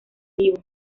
olivo